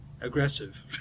aggressive